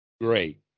Great